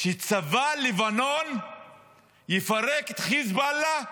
צבא לבנון יפרק את חיזבאללה מנשק.